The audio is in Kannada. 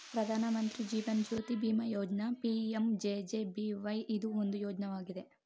ಪ್ರಧಾನ ಮಂತ್ರಿ ಜೀವನ್ ಜ್ಯೋತಿ ಬಿಮಾ ಯೋಜ್ನ ಪಿ.ಎಂ.ಜೆ.ಜೆ.ಬಿ.ವೈ ಇದು ಒಂದು ಯೋಜ್ನಯಾಗಿದೆ